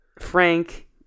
frank